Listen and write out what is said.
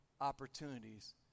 opportunities